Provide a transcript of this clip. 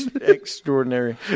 Extraordinary